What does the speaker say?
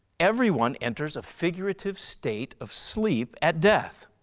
everyone enters a figurative state of sleep at death.